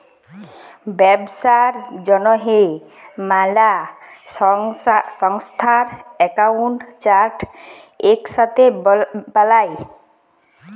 ব্যবসার জ্যনহে ম্যালা সংস্থার একাউল্ট চার্ট ইকসাথে বালায়